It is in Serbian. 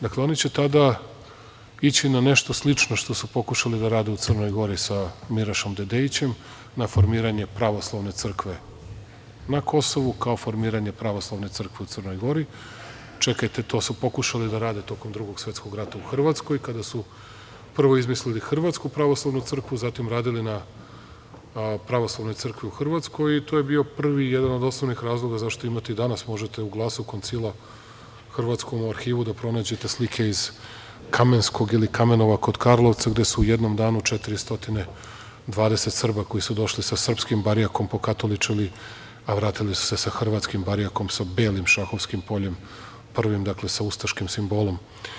Dakle, oni će tada ići na nešto slično što su pokušali da rade u Crnoj Gori sa Mirašom Dedejićem na formiranje Pravoslavne crkve na Kosovu, kao formiranje Pravoslavne crkve u Crnoj Gori, čekajte to su pokušali da rade tokom Drugog svetskog rata u Hrvatskoj, kada su prvo izmislili Hrvatsku pravoslavnu crkvu, zatim radili na Pravoslavnoj crkvi u Hrvatskoj i to je bio prvi i jedan od osnovnih razloga zašto imati danas, možete u Glasu Koncila, hrvatskom u arhivu da pronađete slike iz kamenskog ili Kamenova kod Karlovca, gde se u jednom danu 420 Srba, koji su došli sa srpskim barjakom pokatoličili, a vratili su se hrvatskim barjakom, sa belim šahovskim poljima, prvi, dakle, sa ustaškim simbolom.